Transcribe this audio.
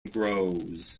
grows